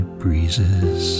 breezes